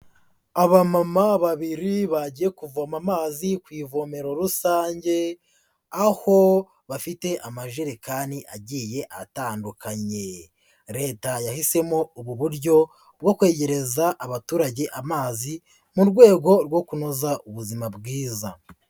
Abamama babiri bagiye kuvoma amazi ku ivomero rusange, aho bafite amajerekani agiye atandukanye. Leta yahisemo ubu buryo bwo kwegereza abaturage amazi, mu rwego rwo kunoza ubuzima bwiza.